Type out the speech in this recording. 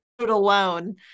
alone